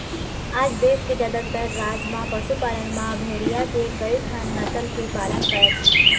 आज देश के जादातर राज म पशुपालक मन भेड़िया के कइठन नसल के पालन करत हे